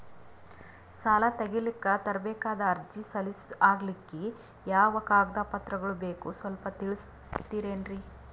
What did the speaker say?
ಸಾಲ ತೆಗಿಲಿಕ್ಕ ತರಬೇಕಾದ ಅರ್ಜಿ ಸಲೀಸ್ ಆಗ್ಲಿಕ್ಕಿ ಯಾವ ಕಾಗದ ಪತ್ರಗಳು ಬೇಕು ಸ್ವಲ್ಪ ತಿಳಿಸತಿರೆನ್ರಿ?